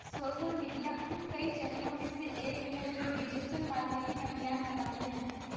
social media उन कई चैनलों में से एक है जो डिजिटल मार्केटिंग अभियान बनाते हैं